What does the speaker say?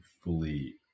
fully